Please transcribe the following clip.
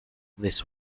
this